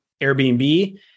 Airbnb